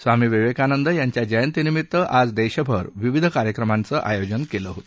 स्वामी विवेकानंद यांच्या जयंतीनिमित आज देशभर विविध कार्यक्रमांचं आयोजन केलं आहे